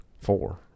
Four